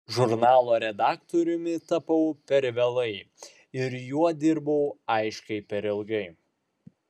žurnalo redaktoriumi tapau per vėlai ir juo dirbau aiškiai per ilgai